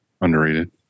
Underrated